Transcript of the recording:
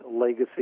legacy